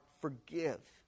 forgive